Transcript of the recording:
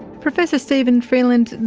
professor steven freeland,